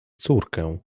córkę